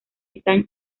están